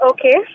Okay